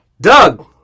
Doug